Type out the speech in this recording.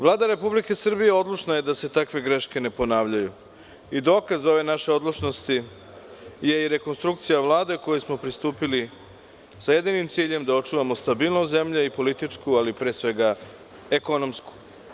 Vlada Republike Srbije je odlučna da se takve greške ne ponavljaju i dokaz ove naše odlučnosti je i rekonstrukcija Vlade kojoj smo pristupili sa jedinim ciljem da očuvamo stabilnost zemlje i političku, ali pre svega ekonomsku.